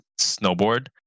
snowboard